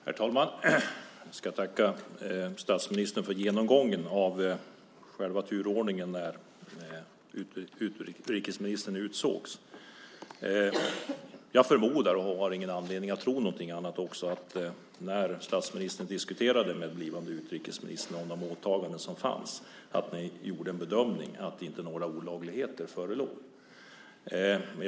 Herr talman! Jag vill tacka statsministern för genomgången av själva turordningen när utrikesministern utsågs. Jag förmodar, och jag har ingen anledning att tro någonting annat heller, att ni gjorde bedömningen att det inte förelåg några olagligheter när statsministern diskuterade med den blivande utrikesministern om de åtagande som fanns.